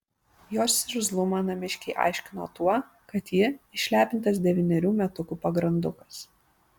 jos irzlumą namiškiai aiškino tuo kad ji išlepintas devynerių metukų pagrandukas